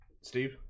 Steve